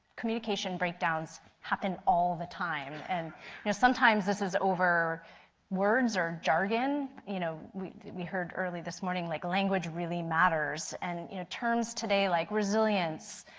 communication breakdowns happen all the time. and you know sometimes this is over words or jargon, you know we we heard early this morning like language really matters. and you know, terms today like resilience,